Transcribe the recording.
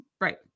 Right